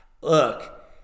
Look